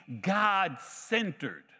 God-centered